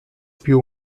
più